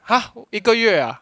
!huh! 一个月 ah